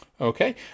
Okay